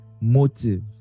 motive